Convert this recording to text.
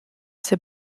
ses